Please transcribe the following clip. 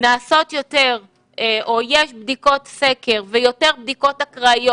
נעשות יותר בדיקות סקר ויותר בדיקות אקראיות